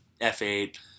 F8